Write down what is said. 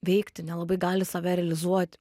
veikti nelabai gali save realizuoti